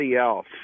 else